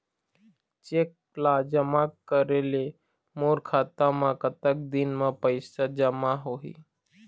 Cheque ला जमा करे ले मोर खाता मा कतक दिन मा पैसा जमा होही?